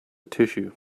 tissue